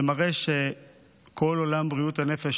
זה מראה שכל עולם בריאות הנפש,